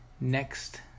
next